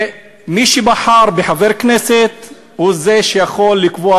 מי שבחר בחבר הכנסת הוא זה שיכול לקבוע